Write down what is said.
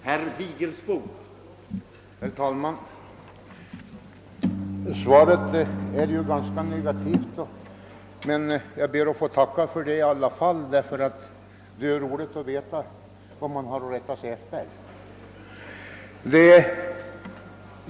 Herr talman! Svaret på min fråga är ganska negativt, men jag ber ändå att få tacka för det, eftersom det ju är värdefullt att veta vad man har att rätta sig efter.